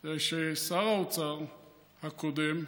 זה ששר האוצר הקודם,